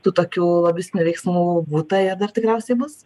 tu tokių lobistinių veiksmų būtą ir dar tikriausiai bus